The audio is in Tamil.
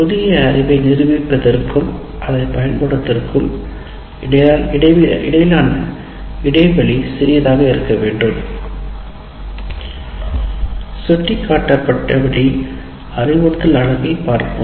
புதிய அறிவை நிரூபிப்பதற்கும் அதைப் பயன்படுத்துவதற்கும் இடையிலான இடைவெளி சிறியதாக இருக்க வேண்டும் சுட்டிக்காட்டப்பட்டபடி அறிவுறுத்தல் பகுதியை பிரிப்போம்